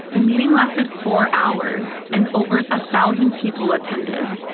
the meeting lasted four hours, and over a thousand people attended.